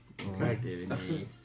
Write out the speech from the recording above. Okay